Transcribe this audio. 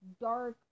dark